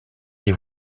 les